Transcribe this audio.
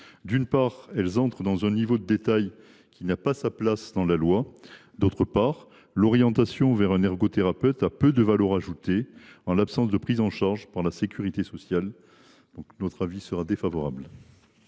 D’une part, elles entrent dans un niveau de détail qui n’a pas sa place dans la loi. D’autre part, l’orientation vers un ergothérapeute a peu de valeur ajoutée, en l’absence de prise en charge par la sécurité sociale. La commission est donc défavorable